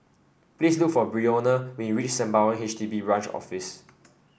please look for Brionna when you reach Sembawang H D B Branch Office